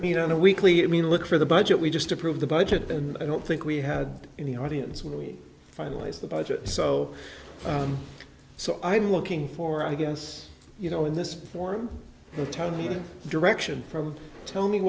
i mean on a weekly it mean look for the budget we just approve the budget and i don't think we had in the audience where we finalized the budget so so i'm looking for i guess you know in this form tony in a direction from tell